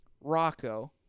Rocco